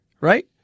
right